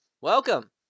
Welcome